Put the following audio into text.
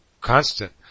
constant